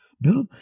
Bill